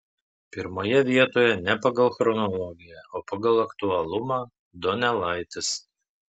pirmoje vietoje ne pagal chronologiją o pagal aktualumą donelaitis